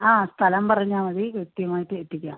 ആ സ്ഥലം പറഞ്ഞാൽ മതി കൃത്യമായിട്ട് എത്തിക്കാം